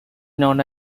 known